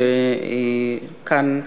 שכאן,